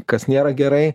kas nėra gerai